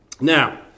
Now